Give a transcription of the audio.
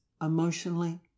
emotionally